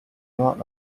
not